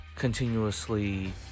continuously